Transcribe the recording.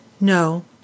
No